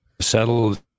settled